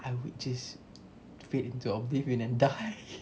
I would just fade into I will breathe in and die